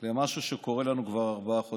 למשהו שקורה לנו כבר ארבעה חודשים.